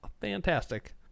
fantastic